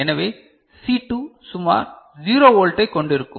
எனவே சி 2 சுமார் 0 வோல்ட்டைக் கொண்டிருக்கும்